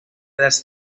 dels